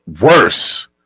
worse